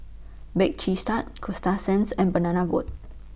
Bake Cheese Tart Coasta Sands and Banana Boat